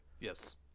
Yes